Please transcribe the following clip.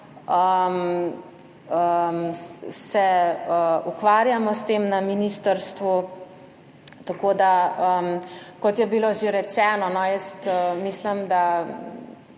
ukvarjamo s tem na ministrstvu, tako da, kot je bilo že rečeno, jaz mislim, da